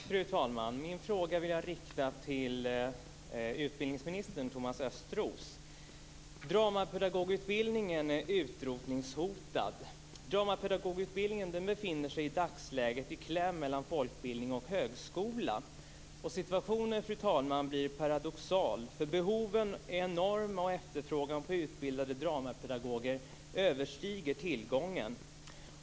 Fru talman! Jag vill rikta min fråga till utbildningsminister Thomas Östros. Dramapedagogutbildningen är utrotningshotad. Dramapedagogutbildningen befinner sig i dagsläget i kläm mellan folkbildning och högskola. Situationen, fru talman, blir paradoxal, för behoven är enorma och efterfrågan på utbildade dramapedagoger överstiger tillgången.